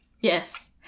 Yes